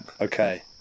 Okay